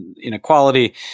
inequality